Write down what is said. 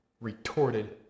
retorted